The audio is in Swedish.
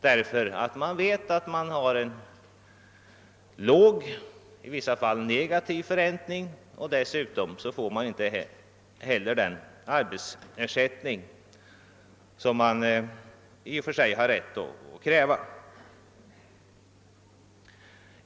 De vet att förräntningen är låg, i vissa fall negativ, och att de inte heller får den arbetsersättning de har rätt att kräva.